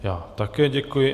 Já také děkuji.